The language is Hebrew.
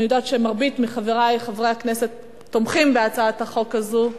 אני יודעת שמרבית חברי חברי הכנסת תומכים בהצעת החוק הזאת,